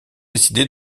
décidé